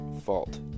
fault